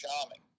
charming